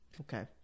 Okay